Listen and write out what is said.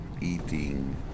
eating